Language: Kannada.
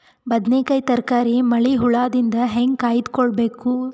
ಬದನೆಕಾಯಿ ತರಕಾರಿ ಮಳಿ ಹುಳಾದಿಂದ ಹೇಂಗ ಕಾಯ್ದುಕೊಬೇಕು?